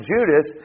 Judas